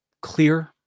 clear